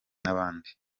n’abandi